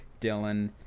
Dylan